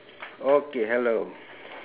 okay hello